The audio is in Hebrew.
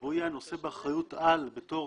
והוא יהיה הנושא באחריות-על בתור